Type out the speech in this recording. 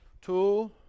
two